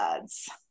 words